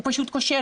הוא פשוט כושל,